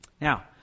Now